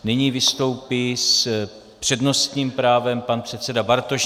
Nyní vystoupí s přednostním právem pan předseda Bartoš.